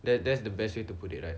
that that's the best way to put it right